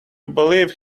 believe